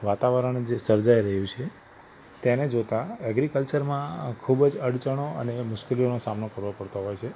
વાતાવરણ જે સર્જાઈ રહ્યું છે તેને જોતાં ઍગ્રિકલ્ચરમાં ખૂબ જ અડચણો અને મુશ્કેલીઓનો સામનો કરવો પડતો હોય છે